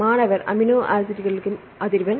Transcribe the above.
மாணவர் அமினோ ஆசிட்களின் அதிர்வெண்